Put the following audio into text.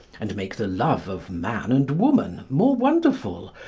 and make the love of man and woman more wonderful,